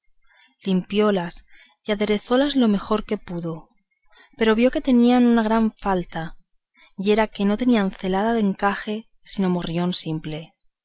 limpiólas y aderezólas lo mejor que pudo pero vio que tenían una gran falta y era que no tenían celada de encaje sino morrión simple